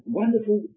wonderful